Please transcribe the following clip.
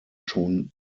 schon